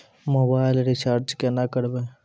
Mobile recharge केना करबै?